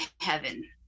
heaven